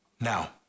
Now